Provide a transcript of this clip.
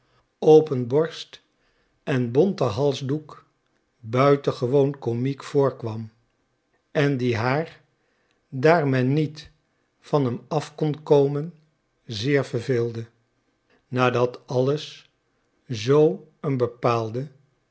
open borst en bonten halsdoek buitengewoon komiek voorkwam en die haar daar men niet van hem af kon komen zeer verveelde nadat alles zoo een bepaalde